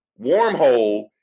wormhole